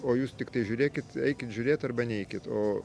o jūs tiktai žiūrėkit eikit žiūrėt arba neikit o